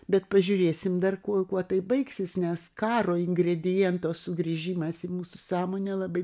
bet pažiūrėsim dar kuo kuo tai baigsis nes karo ingrediento sugrįžimas į mūsų sąmonę labai